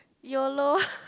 yolo